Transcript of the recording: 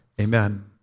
Amen